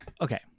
Okay